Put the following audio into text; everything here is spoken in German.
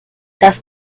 das